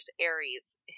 Aries